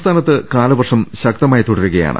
സംസ്ഥാനത്ത് കാലവർഷം ശക്തമായി തുടരുകയാണ്